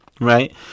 Right